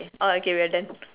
orh okay we're done